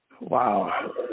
Wow